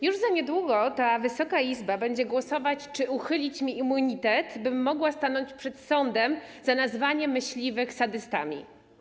Już niedługo Wysoka Izba będzie głosować, czy uchylić mi immunitet, bym mogła stanąć przed sądem za nazwanie myśliwych sadystami.